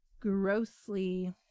grossly